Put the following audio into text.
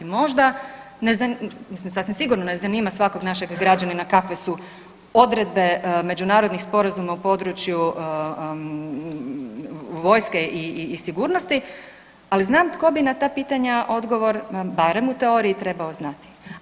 Možda, mislim sasvim sigurno ne zanima svakog našeg građanina kakve su odredbe međunarodnih sporazuma u području vojske i sigurnosti, ali znam tko bi na ta pitanja odgovor, barem u teoriji trebao znati.